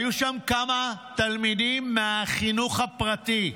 היו שם כמה תלמידים מהחינוך הפרטי,